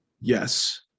Yes